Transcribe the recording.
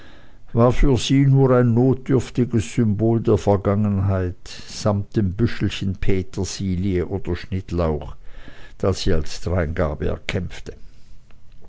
ausgeteilt für sie nur ein notdürftiges symbol der vergangenheit samt dem büschelchen petersilie oder schnittlauch das sie als dreingabe erkämpfte